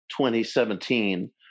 2017